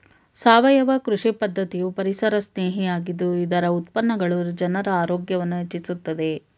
ಸಾವಯವ ಕೃಷಿ ಪದ್ಧತಿಯು ಪರಿಸರಸ್ನೇಹಿ ಆಗಿದ್ದು ಇದರ ಉತ್ಪನ್ನಗಳು ಜನರ ಆರೋಗ್ಯವನ್ನು ಹೆಚ್ಚಿಸುತ್ತದೆ